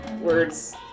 Words